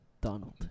donald